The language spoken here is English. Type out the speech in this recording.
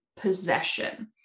possession